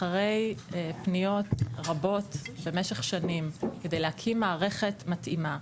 אחרי פניות רבות במשך שנים כדי להקים מערכת מתאימה,